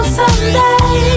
someday